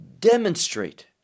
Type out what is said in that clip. demonstrate